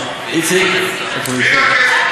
איציק, איפה איציק?